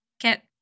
get